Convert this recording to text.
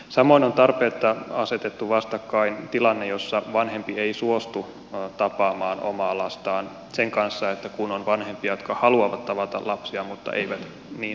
samoin on tarpeetta asetettu vastakkain tilanne jossa vanhempi ei suostu tapaamaan omaa lastaan sen kanssa että on vanhempia jotka haluavat tavata lapsiaan mutta eivät niin saa tehdä